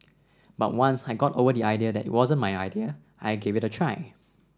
but once I got over the idea that it wasn't my idea I gave it a try